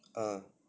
ah